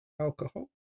alcohol